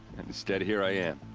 and instead here i am.